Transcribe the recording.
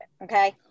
Okay